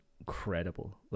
incredible